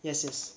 yes yes